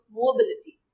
mobility